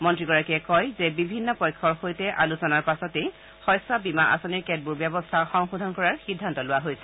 মন্ত্ৰীগৰাকীয়ে কয় যে বিভিন্ন পক্ষৰ সৈতে আলোচনাৰ পাছতে শস্য বীমা আঁচনিৰ কেতবোৰ ব্যৱস্থা সংশোধন কৰাৰ সিদ্ধান্ত লোৱা হৈছে